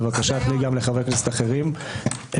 בבקשה תני גם לחברי כנסת אחרים לדבר.